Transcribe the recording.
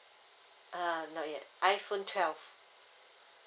err not yet iPhone twelve